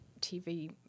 TV